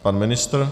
Pan ministr?